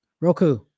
Roku